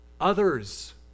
Others